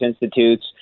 institutes